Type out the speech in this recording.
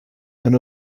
and